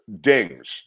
dings